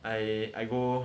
I I go